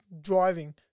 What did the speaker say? Driving